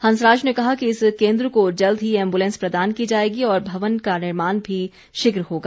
हंसराज ने कहा कि इस केन्द्र को जल्द ही एम्बुलेंस प्रदान की जाएगी और भवन का निर्माण भी शीघ्र होगा